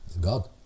God